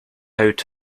out